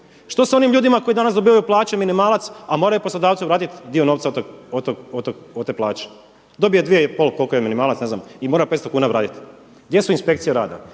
Što sa onim ljudima koji danas dobivaju plaće minimalac, a moraju poslodavcima vratiti dio novca od te plaće. Dobije dvije i pol koliko je minimalac, ne znam i mora 500 kuna vratiti. Gdje su inspekcije rada?